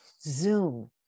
Zoom